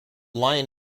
line